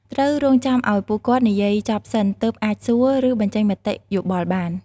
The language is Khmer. ត្រូវរង់ចាំឲ្យពួកគាត់និយាយចប់សិន ទើបអាចសួរ ឬបញ្ចេញមតិយោបល់បាន។